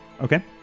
Okay